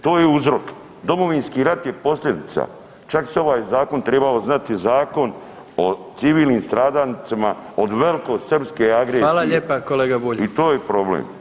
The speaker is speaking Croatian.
To je uzrok, Domovinski rat je posljedica, čak se ovaj zakon tribao zvati zakon o civilnim stradalnicima od velikosrpske agresije [[Upadica predsjednik: Hvala lijepa kolega Bulj.]] i to je problem.